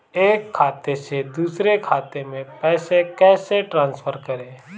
एक खाते से दूसरे खाते में पैसे कैसे ट्रांसफर करें?